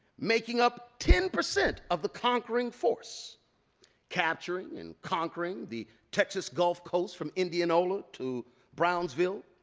making up ten percent of the conquering force capturing and conquering the texas gulf coast from indianola to brownsville.